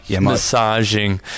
massaging